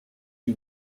you